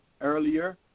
earlier